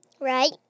Right